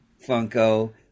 Funko